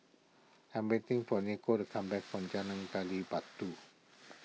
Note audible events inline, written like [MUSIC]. I am waiting for Niko [NOISE] to come back from Jalan Gali Batu